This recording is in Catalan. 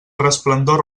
resplendor